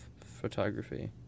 photography